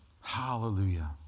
Hallelujah